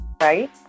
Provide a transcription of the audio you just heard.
right